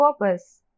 purpose